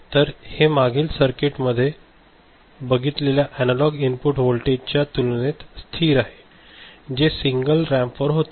तर हे मागील सर्किट मध्ये बघितलेल्या अनालॉग इनपुट वोल्टेज च्या तुलनेत स्थिर 0 आहे जे सिंगल रॅम्प वर होते